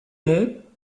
monts